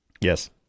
Yes